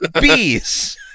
bees